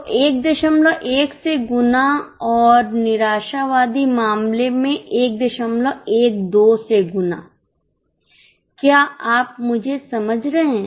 तो 11 से गुना और निराशावादी मामले में 112 से गुना क्या आप मुझे समझ रहे हैं